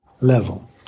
level